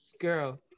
Girl